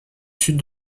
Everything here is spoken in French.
sud